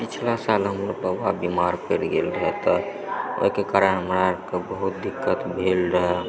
पछिला साल हमर बाबा बीमार पड़ि गेल रहै तऽ ओहिके कारण हमरा अर कऽ बहुत दिक्कत भेल रहऽ